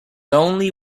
only